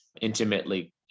intimately